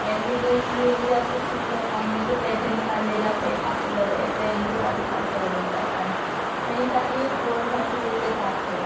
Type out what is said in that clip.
bank details لے لی جاتی ہے پھر ان کے اکاؤنٹ میں سے پیسے نکال لیے جاتے ہے کافی سارے ایسے ان کے ساتھ اتنا فراڈ ہو جاتا ہے میں نہیں چاہتی یہ فراڈ ہر کسی کے ساتھ ہو